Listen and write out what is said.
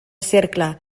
cercle